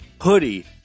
hoodie